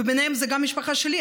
ובהם גם המשפחה שלי,